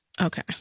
Okay